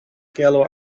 gallows